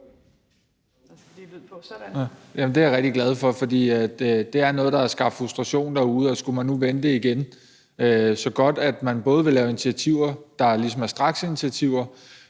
Det er jeg rigtig glad for, for det er noget, der har skabt frustration derude – skulle man nu vente igen? Så det er godt, at man også vil lave initiativer, der ligesom er straksinitiativer.